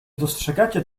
dostrzegacie